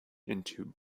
into